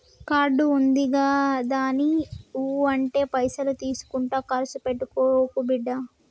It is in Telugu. కార్డు ఉందిగదాని ఊ అంటే పైసలు తీసుకుంట కర్సు పెట్టుకోకు బిడ్డా